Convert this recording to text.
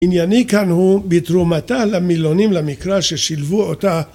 ענייני כאן הוא בתרומתה למילונים למקרא ששילבו אותה